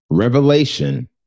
Revelation